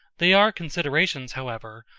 they are considerations, however,